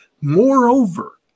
Moreover